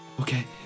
Okay